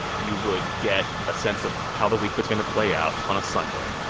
you would get a sense of how the week was going to play out on a sunday.